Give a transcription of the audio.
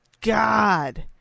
God